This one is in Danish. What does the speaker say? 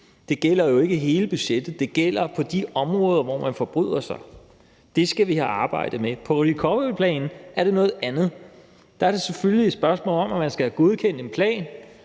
ikke gælder hele budgettet. Det gælder på de områder, hvor man forbryder sig. Det skal vi have arbejdet med. I forhold til recoveryplan er det noget andet. Der er det selvfølgelig et spørgsmål om, at man skal have godkendt en plan,